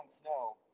Snow